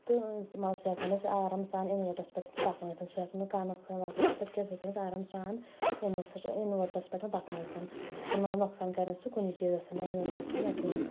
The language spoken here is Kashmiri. تہٕ سُہ ہٮ۪کہٕ ہون أسۍ آرام سان انوٲٹرس پٮ۪ٹھ تہِ پَکنٲوِتھ سہُ ہیکہٕ ہون کانٛہہ نۄقصان واتناوِتھ تَتھ پٮ۪ٹھ کیٚنٛہہ سُہ ہٮ۪کو أسۍ آرام سان انوٲٹرس پٮ۪ٹھ پَکنٲوِتھ سُہ چھُنہٕ مطلب نۄقصان کَرِ نہٕ سُہ کُنہِ چیٖزَس نہ انوٲٹرس نَہ کُنہِ